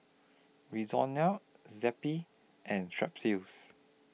Zappy and Strepsils